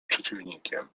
przeciwnikiem